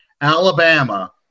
Alabama